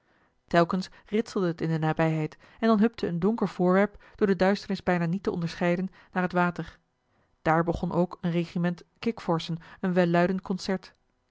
telkens ritselde het in de nabijheid en dan hupte een donker voorwerp door de duisternis bijna niet te onderscheiden naar het water daar begon ook een regiment kikvorschen een welluidend concert